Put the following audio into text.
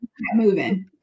moving